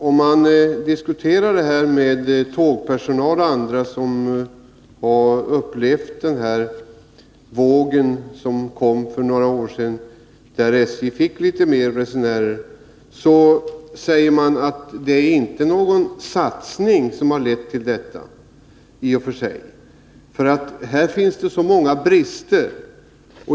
Om man diskuterar detta med tågpersonal och andra som har upplevt den våg som kom för några år sedan, då SJ fick litet mer resenärer, säger de att det inte är någon satsning som har lett till detta resultat. Här finns så många brister.